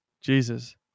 Jesus